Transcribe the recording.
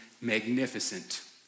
magnificent